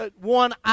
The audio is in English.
one